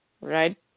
Right